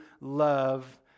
love